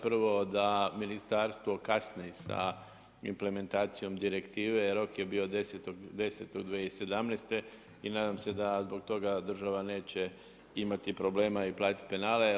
Prvo da ministarstvo kasni sa implementacijom direktive, rok je bio 10.10.2017. i nadam se da zbog toga država neće imati problema i platiti penale.